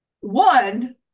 one